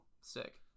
Sick